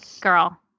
girl